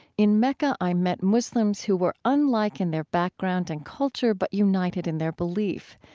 in mecca, i met muslims who were unlike in their background and culture, but united in their belief.